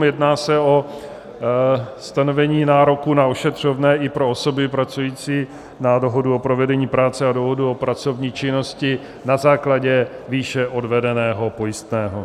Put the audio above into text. Jedná o stanovení nároku na ošetřovné i pro osoby pracující na dohodu o provedení práce a dohodu o pracovní činnosti na základě výše odvedeného pojistného.